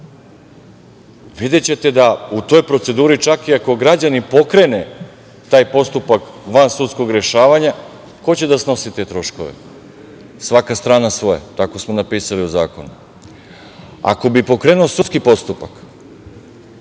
videćete da u toj proceduri čak i ako građanin pokrene taj postupak vansudskog rešavanja, ko će da snosi te troškove? Svaka strana svoje. Tako smo napisali u zakonu. Ako bi pokrenuo sudski postupak,